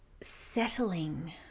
settling